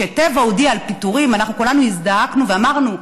כשטבע הודיעה על פיטורים אנחנו כולנו הזדעקנו ואמרנו: